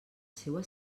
seua